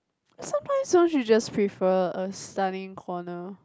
sometimes don't you just prefer a studying corner